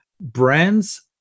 brands